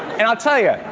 and i'll tell you,